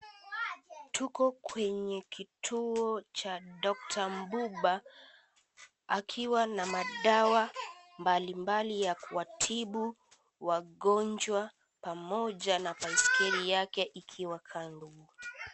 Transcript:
Tuko kwenye kituo cha Doctor Mbuba, akiwa na madawa mbalimbali ya kuwatibu wagonjwa pamoja na baiskeli yake ikiwa kando.